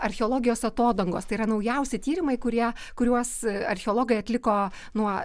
archeologijos atodangos tai yra naujausi tyrimai kurie kuriuos archeologai atliko nuo